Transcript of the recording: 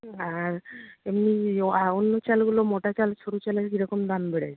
আর এমনি অন্য চালগুলো মোটা চাল সরু চালের কি রকম দাম বেড়েছে